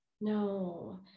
No